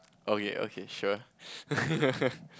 okay okay sure